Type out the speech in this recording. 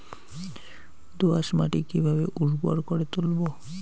দোয়াস মাটি কিভাবে উর্বর করে তুলবো?